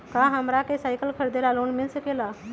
का हमरा के साईकिल खरीदे ला लोन मिल सकलई ह?